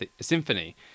Symphony